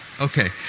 Okay